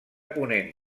ponent